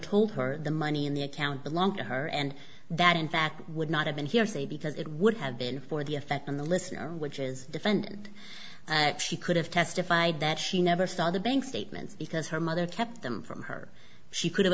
told her the money in the account belonged to her and that in fact would not have been hearsay because it would have been for the effect on the listener which is defend she could have testified that she never saw the bank statements because her mother kept them from her she could